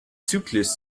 zyklisch